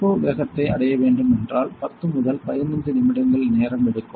turbo வேகத்தை அடைய வேண்டும் என்றால் 10 முதல் 15 நிமிடங்கள் நேரம் எடுக்கும்